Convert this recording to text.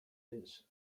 his